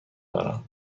دارم